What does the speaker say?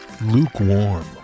lukewarm